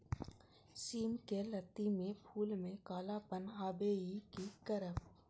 सिम के लत्ती में फुल में कालापन आवे इ कि करब?